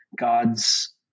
God's